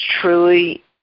truly